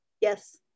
Yes